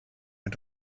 mit